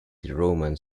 roman